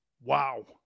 Wow